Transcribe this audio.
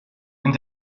and